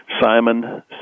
Simon